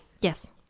Yes